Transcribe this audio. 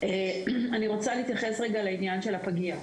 אני רוצה להתייחס לעניין של הפגייה.